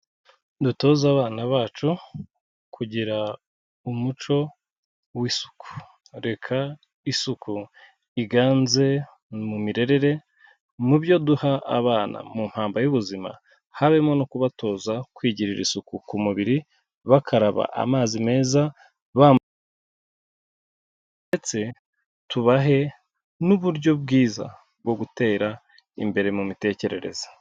Dutoze abana bacu kugira umuco w'isuku. Reka isuku iganze mu mirerere, mu byo duha abana, mu mpamba y'ubuzima habemo no kubatoza kwigirira isuku ku mubiri, bakaraba amazi meza, ndetse tubahe n'uburyo bwiza bwo gutera imbere mu mitekerereze.